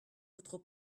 votre